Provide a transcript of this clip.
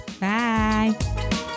Bye